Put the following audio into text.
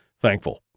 thankful